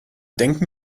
denken